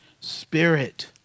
Spirit